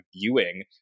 viewing